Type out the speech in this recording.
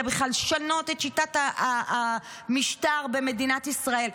בכלל לשנות את שיטת המשטר במדינת ישראל.